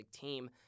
team